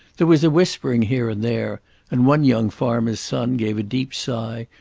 there was whispering here and there and one young farmer's son gave a deep sigh,